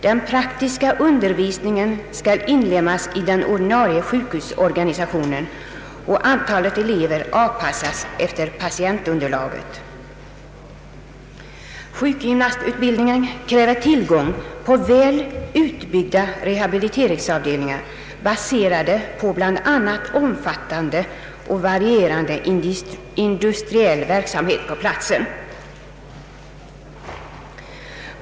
Den praktiska undervisningen skall inlemmas i den ordinarie sjukhusorganisationen och antalet elever avpassas efter patientunderlaget. Sjukgymnastutbildningen kräver tillgång på väl utbyggda rehabiliteringsavdelningar baserade på bl.a. omfattande och varierande industriell verksamhet på platsen.